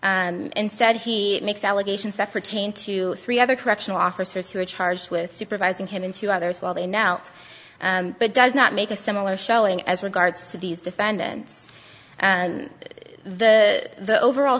said he makes allegations that pertain to three other correctional officers who were charged with supervising him in two others while they knelt but does not make a similar showing as regards to these defendants and the the overall